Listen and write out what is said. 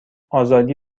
آزادی